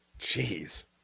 Jeez